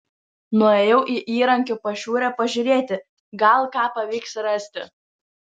nuėjau į įrankių pašiūrę pažiūrėti gal ką pavyks rasti